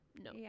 No